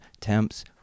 Temps